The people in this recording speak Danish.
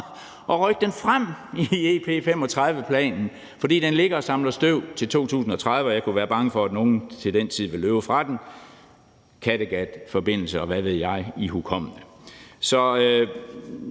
og rykke den frem i Infrastrukturplan 2035, for den ligger og samler og støv til 2030, og jeg kan være bange for, at nogen til den tid vil løbe fra den, ihukommende Kattegatforbindelse, og hvad ved jeg. Og det vil